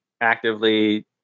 actively